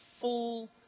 full